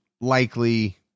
likely